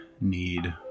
need